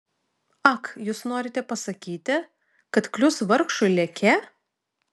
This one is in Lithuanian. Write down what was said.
ak jūs norite pasakyti kad klius vargšui leke